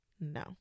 no